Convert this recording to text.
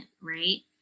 right